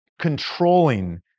controlling